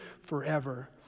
forever